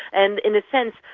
and in a sense,